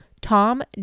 Tom